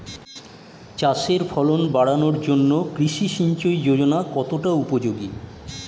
চাষের ফলন বাড়ানোর জন্য কৃষি সিঞ্চয়ী যোজনা কতটা উপযোগী?